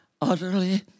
utterly